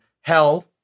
Hell